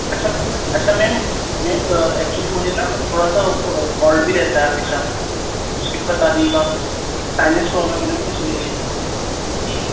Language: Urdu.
اچھا اچھا میم میم ایکچولی مجھے نا تھوڑا سا کولڈ بھی رہتا ہے ہمیشہ اس کی بتا دیجیے گا سائنس پروبلم ہے نا مجھے تھوڑی سی جی